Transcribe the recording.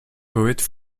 poète